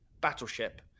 battleship